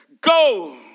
go